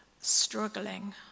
struggling